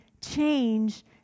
change